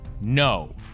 no